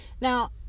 Now